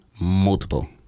multiple